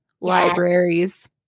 libraries